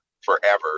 forever